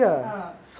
ah